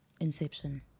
Inception